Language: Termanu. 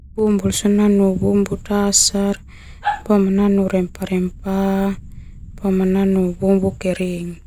Bumbu sona nanu bumbu dasar, boma nanu rempah-rempah, boma nanu bumbu kering.